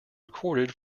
recorded